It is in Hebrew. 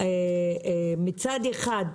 מצד אחד,